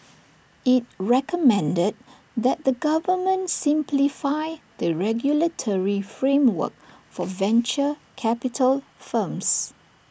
IT recommended that the government simplify the regulatory framework for venture capital firms